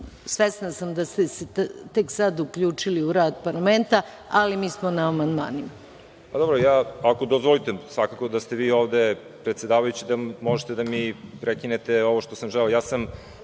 Svesna sam da ste se tek sada uključili u rad Parlamenta, ali mi smo na amandmanima.